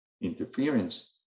interference